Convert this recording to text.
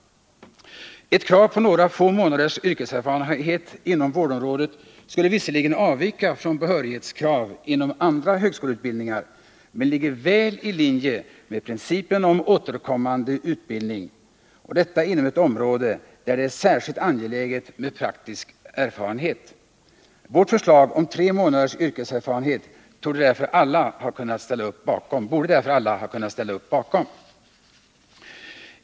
Ett krav på några få månaders yrkeserfarenhet inom vårdområdet skulle visserligen avvika från behörighetskrav inom andra högskoleutbildningar men ligger väl i linje med principen om återkommande utbildning, och detta inom ett område där det är särskilt angeläget med praktisk erfarenhet. Vårt förslag om tre månaders yrkeserfarenhet borde därför alla ha kunnat ställa upp bakom.